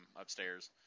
upstairs